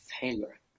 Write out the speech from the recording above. failure